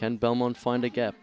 can belmont find a gap